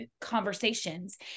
conversations